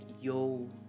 yo